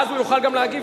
אז הוא יוכל גם להגיב.